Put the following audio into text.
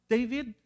David